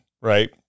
right